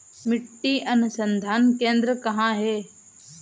मिट्टी अनुसंधान केंद्र कहाँ है?